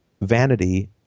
vanity